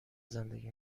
زندگی